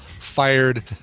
fired